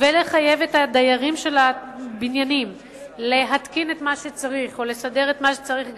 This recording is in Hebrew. ולחייב את הדיירים של הבניינים להתקין את מה שצריך או לסדר את מה שצריך,